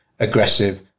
Aggressive